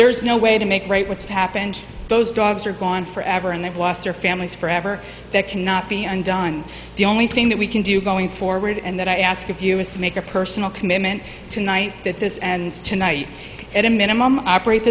there is no way to make right what's happened those dogs are gone forever and they've lost their families forever that cannot be undone the only thing that we can do going forward and that i ask of you is to make a personal commitment to night that this and tonight at a minimum operate